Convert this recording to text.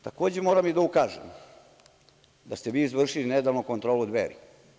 Takođe, moram i da ukažem da ste izvršili nedavno kontrolu Dveri.